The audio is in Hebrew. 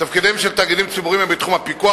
תפקידיהם של תאגידים ציבוריים הם בתחום הפיקוח,